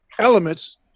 elements